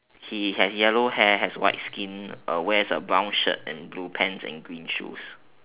he has yellow hair has white skin uh wears a brown shirt and blue pants and green shoes